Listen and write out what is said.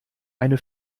eine